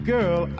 Girl